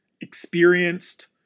experienced